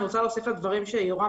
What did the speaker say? אני רוצה להוסיף לדברים שאמר יורם